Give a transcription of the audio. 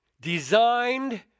designed